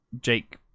Jake